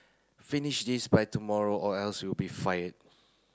finish this by tomorrow or else you'll be fired